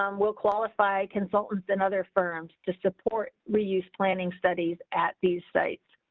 um we'll qualify consultants. and other firms to support reuse planning studies at these sites,